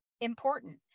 important